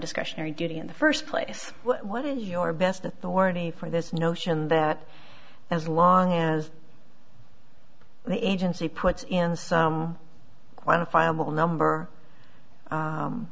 discretionary duty in the first place what is your best authority for this notion that as long as the agency puts in some quantifiable number